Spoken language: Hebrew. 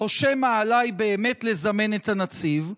או שמא עליי באמת לזמן את הנציב.